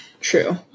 True